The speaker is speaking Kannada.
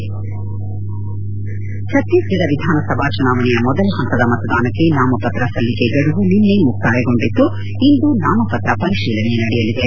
ಹೆಡ್ ಭಕ್ತೀಸ್ಗಢ ವಿಧಾನಸಭಾ ಚುನಾವಣೆಯ ಮೊದಲ ಪಂತದ ಮತದಾನಕ್ಕೆ ನಾಮಪತ್ರ ಸಲ್ಲಿಕೆ ಗಡುವು ನಿನ್ನೆ ಮುಕ್ತಾಯಗೊಂಡಿದ್ದು ಇಂದು ನಾಮಪತ್ರ ಪರಿಶೀಲನೆ ನಡೆಯಲಿದೆ